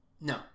No